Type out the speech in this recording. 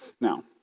Now